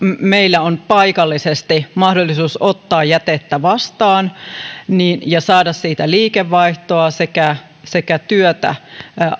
meillä on paikallisesti mahdollisuus ottaa jätettä vastaan ja saada siitä liikevaihtoa sekä sekä työtä